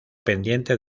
pendiente